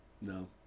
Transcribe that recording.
No